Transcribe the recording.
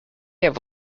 have